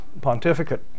pontificate